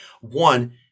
One